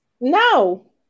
No